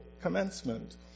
commencement